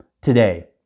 today